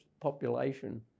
population